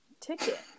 ticket